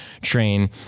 train